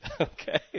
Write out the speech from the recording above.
Okay